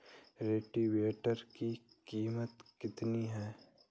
Rotavator की कीमत कितनी है?